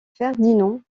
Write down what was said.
ferdinand